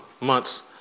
months